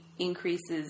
Increases